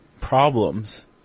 problems